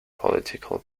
political